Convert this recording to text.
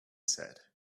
said